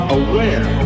aware